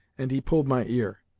and he pulled my ear.